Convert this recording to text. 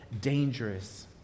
dangerous